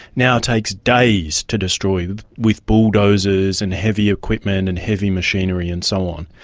now takes days to destroy with with bulldozers and heavy equipment and heavy machinery and so on.